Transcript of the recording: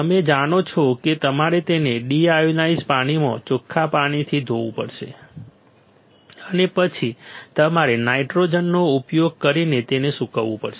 તમે જાણો છો કે તમારે તેને ડીઆયોનાઝ્ડ પાણીમાં ચોખ્ખા પાણીથી ધોવું પડશે અને પછી તમારે નાઇટ્રોજનનો ઉપયોગ કરીને તેને સૂકવવું પડશે